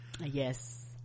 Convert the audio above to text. yes